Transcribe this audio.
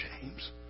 James